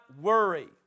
worry